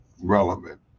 relevant